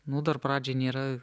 nu dar pradžioj nėra